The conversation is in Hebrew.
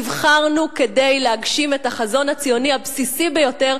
נבחרנו כדי להגשים את החזון הציוני הבסיסי ביותר,